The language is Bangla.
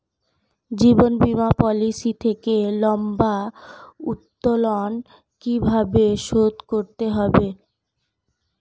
জীবন বীমা পলিসি থেকে লম্বা উত্তোলন কিভাবে শোধ করতে হয়?